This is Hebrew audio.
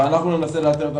אבל ננסה לאתר את המידע.